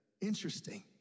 Interesting